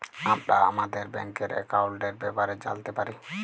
আমরা আমাদের ব্যাংকের একাউলটের ব্যাপারে জালতে পারি